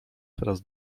teraz